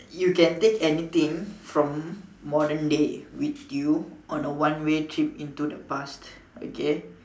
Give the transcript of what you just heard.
you can take anything from modern day with you on a one way trip into the past okay